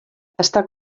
està